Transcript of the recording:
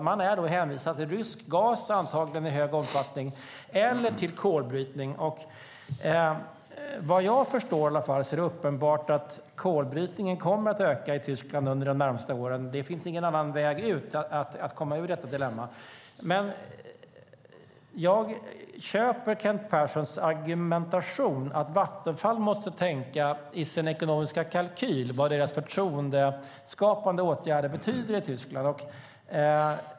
Man är hänvisad till rysk gas i stor omfattning eller till kolbrytning. Vad jag förstår är det uppenbart att kolbrytningen kommer att öka i Tyskland de närmaste åren. Det finns ingen annan väg ut från detta dilemma. Jag köper Kent Perssons argumentation att Vattenfall i sin ekonomiska kalkyl måste tänka på vad deras förtroendeskapande åtgärder betyder i Tyskland.